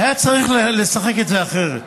היה צריך לשחק את זה אחרת.